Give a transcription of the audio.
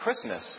Christmas